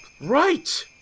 Right